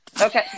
Okay